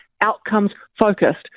outcomes-focused